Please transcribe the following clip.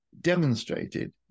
demonstrated